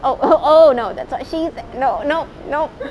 oh oh oh no that's what she's sa~ no no no